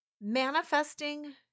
manifesting